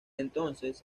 entonces